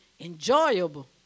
enjoyable